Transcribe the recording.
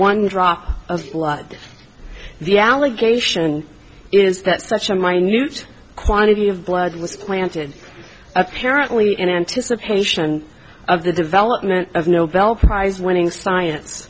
one drop of blood the allegation is that such a minute quantity of blood was planted apparently in anticipation of the development of nobel prize winning science